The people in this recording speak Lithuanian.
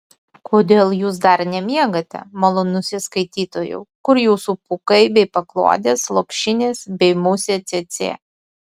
kodėl jūs dar nemiegate malonusis skaitytojau kur jūsų pūkai bei paklodės lopšinės bei musė cėcė